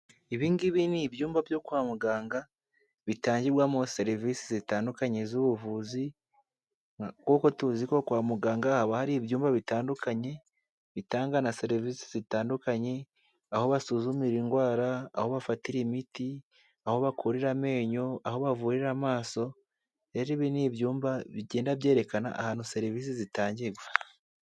Ibi ngibi ni ibyumba byo kwa muganga bitangirwamo serivisi zitandukanye z'ubuvuzi, kuko tuzi ko kwa muganga haba hari ibyumba bitandukanye, bitanga na serivisi zitandukanye, aho basuzumira indwara, aho bafatira imiti, aho bakurira amenyo, aho bavurira amaso, rero ibi ni ibyumba bigenda byerekana ahantu serivisi zitangirwa.